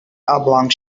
oblong